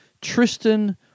Tristan